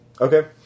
okay